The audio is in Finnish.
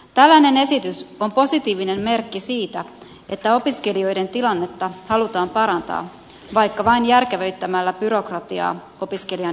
tällainen esitys on positiivinen merkki siitä että opiskelijoiden tilannetta halutaan parantaa vaikka vain järkevöittämällä byrokratiaa opiskelijan etua ajatellen